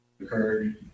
occurred